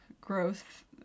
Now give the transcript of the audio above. growth